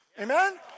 Amen